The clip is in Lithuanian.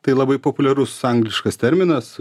tai labai populiarus angliškas terminas